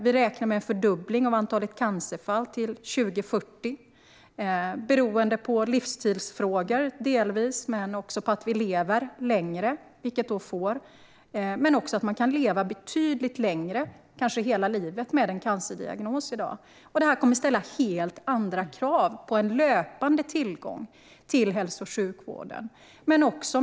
Vi räknar med en fördubbling av antalet cancerfall till 2040, både som en följd av livsstil och att vi lever längre. Man kan i dag också leva betydligt längre, kanske hela livet, med en cancerdiagnos. Detta kommer att ställa helt andra krav på en löpande tillgång till hälso och sjukvården.